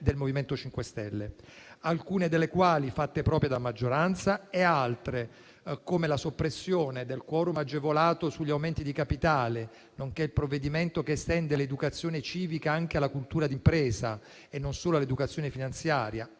del MoVimento 5 Stelle. Alcune di tali proposte sono state fatte proprie dalla maggioranza e altre, come la soppressione del *quorum* agevolato sugli aumenti di capitale, nonché il provvedimento che estende l'educazione civica anche alla cultura d'impresa e non solo all'educazione finanziaria,